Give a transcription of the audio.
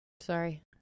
Sorry